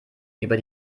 über